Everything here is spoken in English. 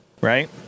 right